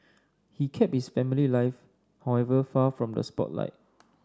he kept his family life however far from the spotlight